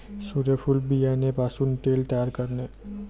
सूर्यफूल बियाणे पासून तेल तयार करणे